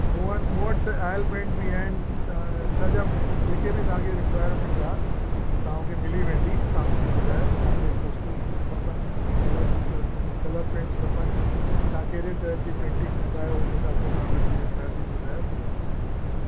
मूं वटि मूं वटि त ऑयल पेंट बि आहिनि त सॼा पे जेके बि तव्हांखे रिक्वायरमेंट आहे तव्हांखे मिली वेंदी तव्हां मूंखे ॿुधायो तव्हांखे पेस्टल खपनि कलर छो जो कलर पेंट्स खपनि तव्हां कहिड़ी टाइप जी पेंटिंग कंदा आहियो उन हिसाब सां तव्हां पंहिंजी रिक्वायरमेंट ॿुधायो त मां तव्हांखे ॿुधाईंदुमि